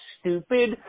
stupid